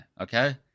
okay